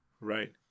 Right